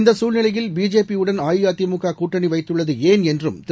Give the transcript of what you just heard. இந்தகுழ்நிலையில் பிஜேபியுடன் அஇஅதிமுககூட்டணிவைத்துள்ளதுஏன் என்றும் திரு